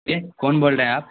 جی کون بول رہے ہیں آپ